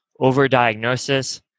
overdiagnosis